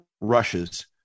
rushes